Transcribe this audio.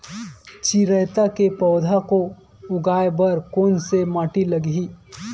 चिरैता के पौधा को उगाए बर कोन से माटी लगही?